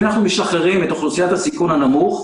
אם אנחנו משחררים את אוכלוסיית הסיכון הנמוך,